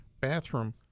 bathroom